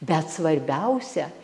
bet svarbiausia